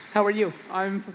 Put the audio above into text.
how are you? i'm